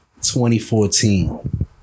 2014